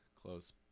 close